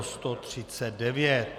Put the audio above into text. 139.